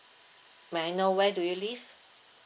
may I know where do you live